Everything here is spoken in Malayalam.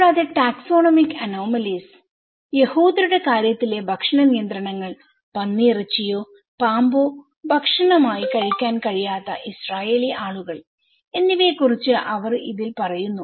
കൂടാതെ ടാക്സോണമിക് അനോമലീസ് യഹൂദരുടെ കാര്യത്തിലെ ഭക്ഷണ നിയന്ത്രണങ്ങൾ പന്നിയിറച്ചിയോ പാമ്പോ ഭക്ഷണമായി കഴിക്കാൻ കഴിയാത്ത ഇസ്രായേലി ആളുകൾഎന്നവയെ കുറിച്ച് അവർ ഇതിൽ പറയുന്നു